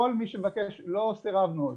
כל מי שמבקש לעולם לא סירבנו,